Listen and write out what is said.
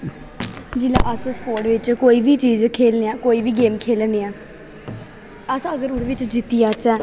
जिसलै अस स्कूल च कोई बी चीज खिक्सने आं कोई बी गेम खेलने आं अगर अस ओह्दे बिच्च जित्ती जाच्चै